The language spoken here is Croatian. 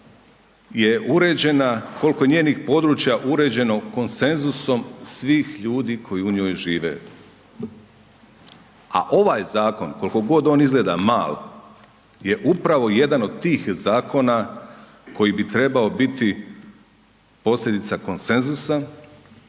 je uređena, kolko je njenih područja uređeno konsenzusom svih ljudi koji u njoj žive. A ovaj zakon kolko god on izgleda mal je upravo jedan od tih zakona koji bi trebao biti posljedica konsenzusa,